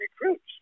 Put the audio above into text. recruits